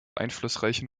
einflussreichen